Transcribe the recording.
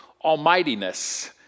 almightiness